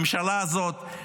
הממשלה הזאת,